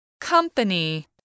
Company